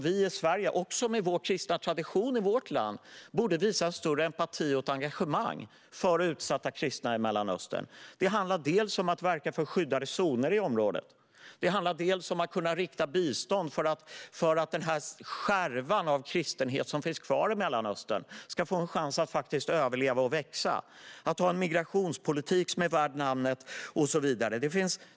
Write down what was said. Vi i Sverige - också med tanke på vår kristna tradition i vårt land - borde visa en större empati och ett engagemang för utsatta kristna i Mellanöstern. Det handlar om att verka för skyddade zoner i området. Det handlar om att kunna rikta bistånd för att den skärva av kristenhet som finns kvar i Mellanöstern ska få en chans att faktiskt överleva och växa. Det handlar om att ha en migrationspolitik som är värd namnet och så vidare.